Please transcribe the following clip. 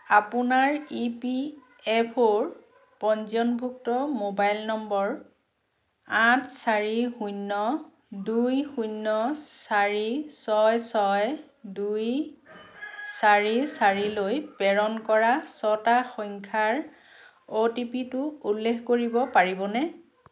আপোনাৰ E P F অ'ৰ পঞ্জীয়নভুক্ত ম'বাইল নম্বৰ আঠ চাৰি শূন্য দুই শূন্য চাৰি ছয় ছয় দুই চাৰি চাৰিলৈ প্ৰেৰণ কৰা ছটা সংখ্যাৰ অ' টি পিটো উল্লেখ কৰিব পাৰিবনে